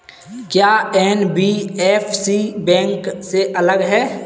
क्या NBFC bank से अलग है?